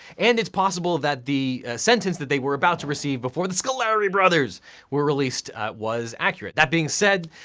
and it's possible that the sentence that they were about to receive before the scoleri brothers were released was accurate. that being said,